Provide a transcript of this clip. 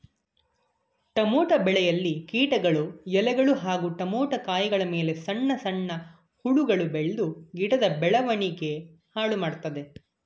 tomato ಬೆಳೆಯಲ್ಲಿ ಕೀಟಗಳು ಎಲೆಗಳು ಹಾಗೂ ಟಮೋಟ ಕಾಯಿಗಳಮೇಲೆ ಸಣ್ಣ ಸಣ್ಣ ಹುಳಗಳು ಬೆಳ್ದು ಗಿಡದ ಬೆಳವಣಿಗೆ ಹಾಳುಮಾಡ್ತದೆ